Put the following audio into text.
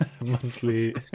monthly